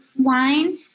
wine